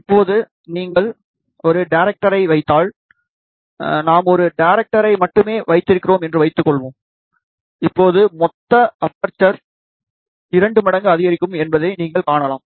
இப்போது நீங்கள் ஒரு டேரைக்டரை வைத்தால் நாம் ஒரு டேரைக்டரை மட்டுமே வைத்திருக்கிறோம் என்று வைத்துக்கொள்வோம் இப்போது மொத்த அப்பெர்சர் 2 மடங்கு அதிகரிக்கும் என்பதை நீங்கள் காணலாம்